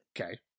Okay